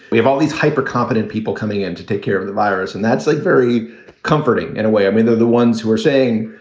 we have all these hyper competent people coming in to take care of the virus. and that's like very comforting in a way. i mean, they're the ones who are saying,